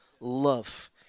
love